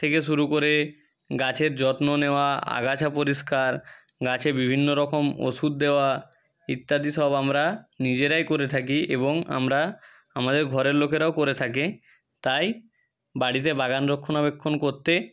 থেকে শুরু করে গাছের যত্ন নেওয়া আগাছা পরিষ্কার গাছে বিভিন্ন রকম ওষুধ দেওয়া ইত্যাদি সব আমরা নিজেরাই করে থাকি এবং আমরা আমাদের ঘরের লোকেরাও করে থাকে তাই বাড়িতে বাগান রক্ষণাবেক্ষণ করতে